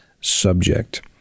subject